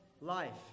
life